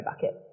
bucket